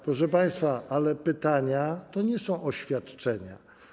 Proszę państwa, pytania to nie są oświadczenia.